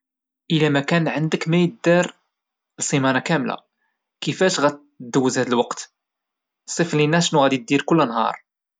إيلا كان ما عندك ما يدار سيمانا كاملة، شنو غادي دير فهاد الوقت؟، قول لينا شنو غادي دير كل نهار.